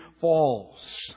falls